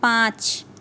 পাঁচ